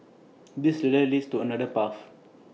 this ladder leads to another path